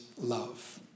love